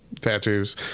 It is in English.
tattoos